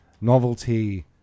novelty